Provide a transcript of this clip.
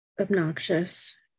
obnoxious